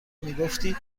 میگفتی